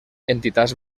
entitats